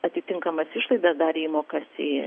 atitinkamas išlaidas darė įmokas į